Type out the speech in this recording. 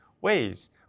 ways